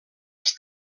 els